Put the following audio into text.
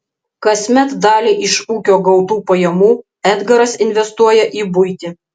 kasmet dalį iš ūkio gautų pajamų edgaras investuoja į buitį